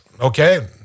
Okay